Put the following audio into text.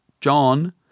John